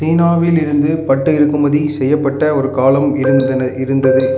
சீனாவிலிருந்து பட்டு இறக்குமதி செய்யப்பட்ட ஒரு காலம் இருந்தது